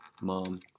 mom